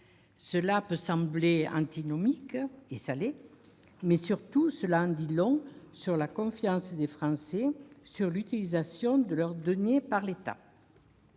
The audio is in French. Cela peut sembler antinomique, et ça l'est, mais, surtout, cela en dit long sur la confiance des Français s'agissant de l'utilisation de leurs deniers par l'État.